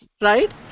right